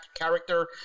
character